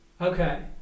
Okay